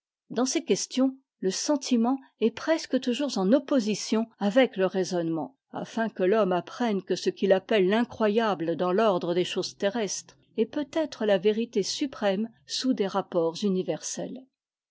dans ces questions le sentiment est presque toujours en opposition avec le raisonnement afin que l'homme apprenne que ce qu'il appelle l'incroyable dans l'ordre des choses terrestres est peut-être la vérité suprême sous des rapports universels